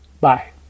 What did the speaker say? Bye